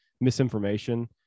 misinformation